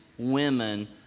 women